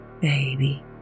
baby